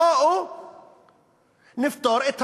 בואו נפתור את הבעיה.